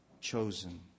chosen